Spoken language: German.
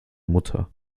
mutter